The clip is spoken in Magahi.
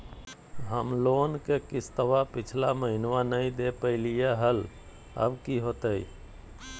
हम लोन के किस्तवा पिछला महिनवा नई दे दे पई लिए लिए हल, अब की होतई?